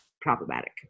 problematic